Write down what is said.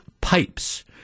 pipes